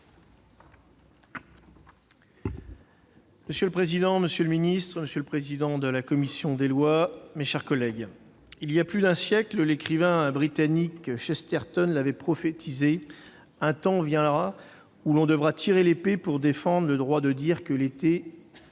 Monsieur le président, monsieur le secrétaire d'État, monsieur le président de la commission des lois, mes chers collègues, il y a plus d'un siècle, l'écrivain britannique Chesterton l'avait prophétisé :« Un temps viendra où l'on devra tirer l'épée pour défendre le droit de dire que, l'été,